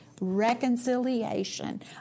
Reconciliation